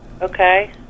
Okay